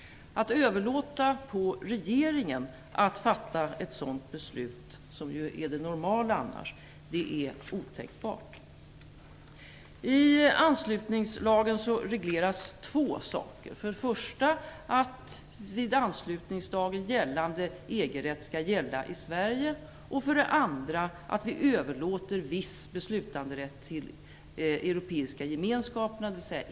Att överlåta på regeringen att fatta ett sådant beslut - som ju annars är det normala - är otänkbart. I anslutningslagen regleras två saker. Den första är att vid anslutningsdagen gällande EG-rätt skall gälla i Sverige, och den andra är att vi överlåter viss beslutanderätt till Europeiska gemenskaperna, dvs.